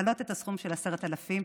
להעלות את הסכום של 10,000 שקל.